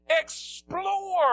Explore